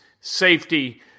safety